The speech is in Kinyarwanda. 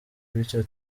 bityo